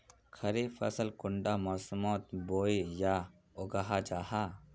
खरीफ फसल कुंडा मोसमोत बोई या उगाहा जाहा?